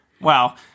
Wow